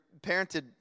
parented